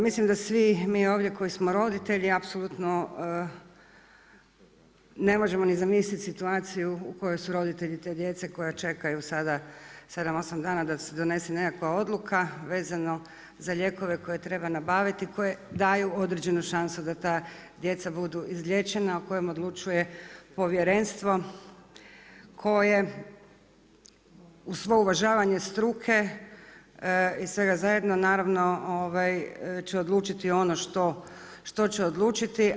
Mislim da svi mi ovdje koji smo roditelji apsolutno ne možemo ni zamisliti situaciju u kojoj su roditelji te djece koja čekaju sada sedam, osam dana da se donese neka odluka vezano za lijekove koje trebaju nabaviti koji daju određenu šansu da ta djeca budu izliječena o kojem odlučuje povjerenstvo koje uz svo uvažavanja struke i svega zajedno naravno će odlučiti ono što će odlučiti.